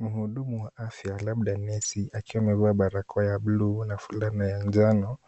Mhudumu wa afya labda nesi, akiwa amevaa barakoa ya buluu na fulana ya njano,